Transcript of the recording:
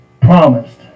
promised